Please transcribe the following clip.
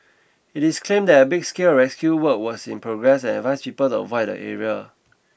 it is claimed that a big scale of rescue work was in progress and advised people to avoid the area